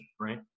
right